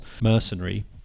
mercenary